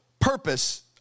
purpose